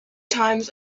times